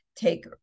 take